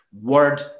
Word